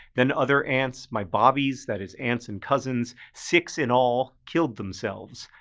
then other aunts, my bhabis that is aunts, and cousins, six in all, killed themselves.